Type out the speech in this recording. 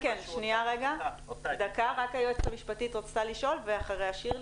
היועצת המשפטית רצתה לדבר.